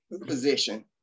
position